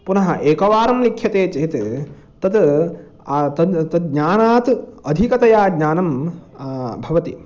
पुनः एकवारं लिख्यते चेत् तद् तद् तज्ज्ञानात् अधिकतया ज्ञानं भवति